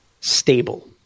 stable